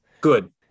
good